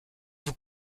vous